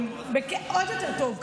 עוד יותר טוב,